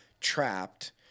trapped